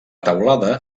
teulada